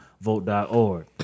vote.org